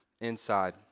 inside